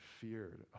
feared